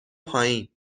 پایین